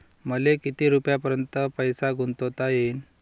मले किती रुपयापर्यंत पैसा गुंतवता येईन?